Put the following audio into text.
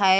है?